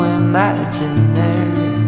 imaginary